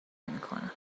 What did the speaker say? نمیکنم